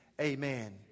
amen